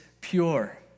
pure